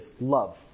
love